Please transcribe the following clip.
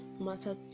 matter